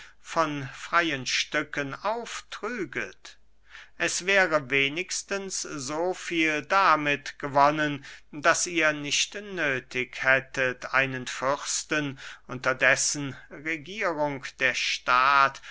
von freyen stücken auftrüget es wäre wenigstens so viel damit gewonnen daß ihr nicht nöthig hättet einen fürsten unter dessen regierung der staat